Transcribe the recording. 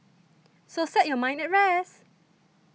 so set your mind at rest